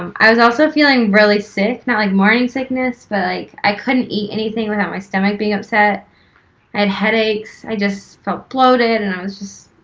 um i was also feeling really sick. not like morning sickness but like i couldn't eat anything without my stomach being upset. i had headaches, i just felt bloated and i was just